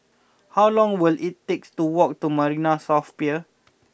how long will it takes to walk to Marina South Pier